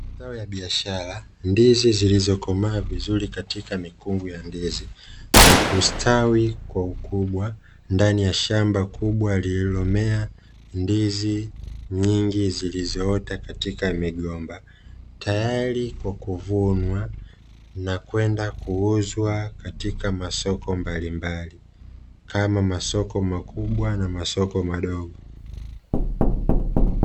Mazao ya biashara, ndizi zilizokomaa vizuri kwenye mikungu ya ndizi tayari kwa kuvunwa na kwenda kuuzwa sokoni.